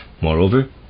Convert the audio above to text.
Moreover